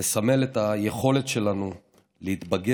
מסמל את היכולת שלנו להתבגר,